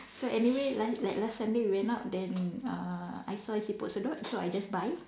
so anyway la~ like last Sunday we went out then uh I saw siput sedut so I just buy